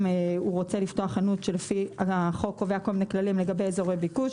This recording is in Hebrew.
אם רוצה לפתוח חנות החוק קובע כל מיני כללים לגבי אזורי ביקוש.